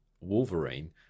Wolverine